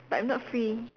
but I'm not free